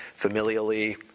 familially